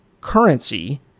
currency